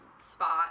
spot